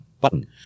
button